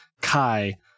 Kai